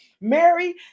mary